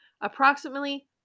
approximately